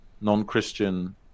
non-Christian